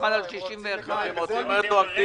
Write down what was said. מיוחד לעניין סעיף 61. הם רוצים לקבל רטרואקטיבית.